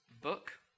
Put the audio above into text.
book